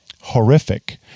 horrific